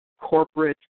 corporate